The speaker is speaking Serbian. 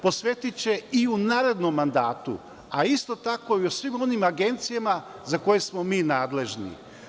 Posvetiće i u narednom mandatu, a isto tako i u svim onim agencijama za koje smo mi nadležni.